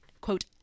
quote